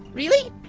really?